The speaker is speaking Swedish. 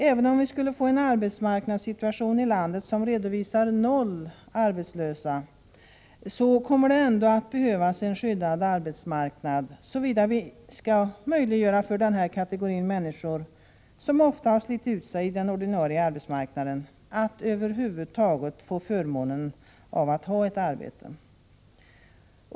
Även om vi skulle få en arbetsmarknadssituation i landet som redovisar noll arbetslösa kommer det ändå att behövas en skyddad arbetsmarknad, såvida vi skall möjliggöra för denna kategori människor — som ofta har slitit ut sig i den ordinarie arbetsmarknaden — att över huvud taget få förmånen av att ha ett arbete.